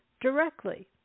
directly